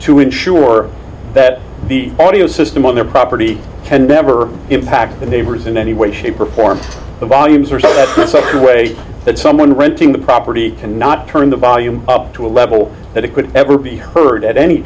to ensure that the audio system on their property can never impact the neighbors in any way shape or form the volumes are that's precisely the way that someone renting the property can not turn the volume up to a level that it could ever be heard at any